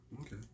Okay